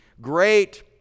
great